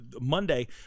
monday